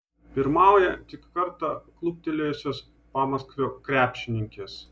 pirmauja tik kartą kluptelėjusios pamaskvio krepšininkės